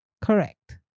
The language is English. Correct